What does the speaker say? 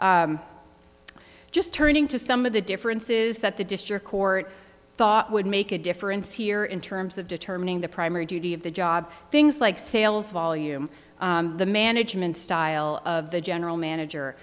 just turning to some of the differences that the district court thought would make a difference here in terms of determining the primary duty of the job things like sales volume the management style of the general manager